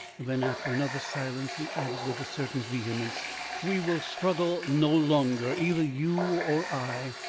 then after another silence, he added, with a certain vehemence we will struggle no longer, either you or i.